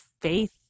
faith